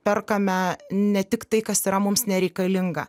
perkame ne tik tai kas yra mums nereikalinga